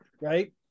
right